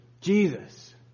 Jesus